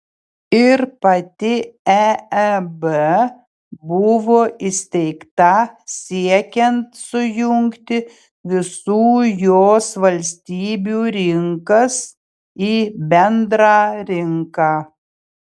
ir pati eeb buvo įsteigta siekiant sujungti visų jos valstybių rinkas į bendrą rinką